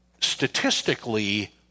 statistically